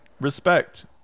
respect